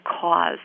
cause